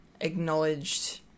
acknowledged